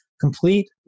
complete